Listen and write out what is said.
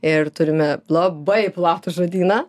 ir turime labai platų žodyną